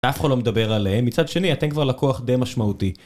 אף אחד לא מדבר עליהם, מצד שני אתם כבר לקוח די משמעותי